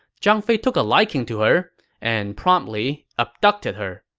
zhang fei took a liking to her and promptly abducted her.